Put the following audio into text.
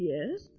Yes